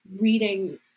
reading